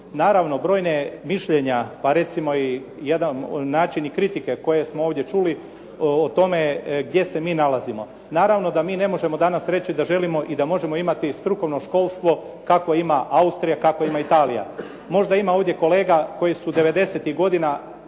Naravno, brojna mišljenja, pa recimo i jedan način i kritike koje smo ovdje čuli o tome gdje se mi nalazimo. Naravno da mi ne možemo danas reći da želimo i da možemo imati strukovno školstvo kakvo ima Austrija, kakvo ima Italija. Možda ima ovdje kolega koje su devedesetih